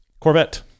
Corvette